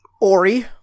Ori